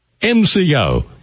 MCO